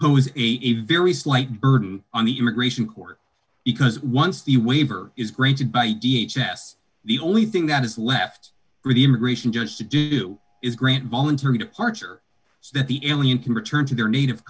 who is a very slight burden on the immigration court because once the waiver is granted by d h s the only thing that is left for the immigration judge to do is grant voluntary departure so that the ilian can return to their native